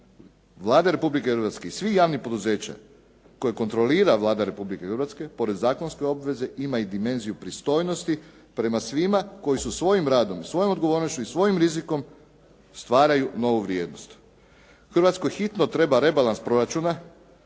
Hrvatskoj hitno treba rebalans proračuna,